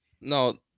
No